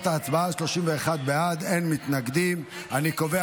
העדפת מועמדים תושבי פריפריה),